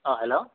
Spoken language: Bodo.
हेलौ